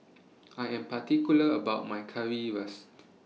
I Am particular about My Currywurst